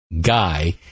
guy